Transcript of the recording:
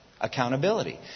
Accountability